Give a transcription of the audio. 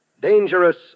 dangerous